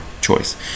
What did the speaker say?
choice